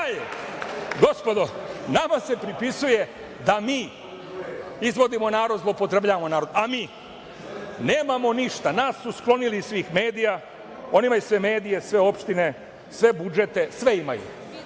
gospodo, nama se pripisuje da mi izvodimo narod, zloupotrebljavamo narod, a mi nemamo ništa, nas su sklonili iz svih medija, oni imaju sve medije, sve opštine, sve budžete, sve imaju,